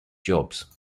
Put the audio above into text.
jobs